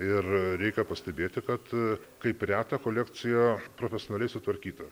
ir reikia pastebėti kad kaip reta kolekcija profesionaliai sutvarkyta